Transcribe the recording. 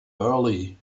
early